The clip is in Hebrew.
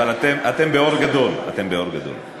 אבל אתם באור גדול, אתם באור גדול.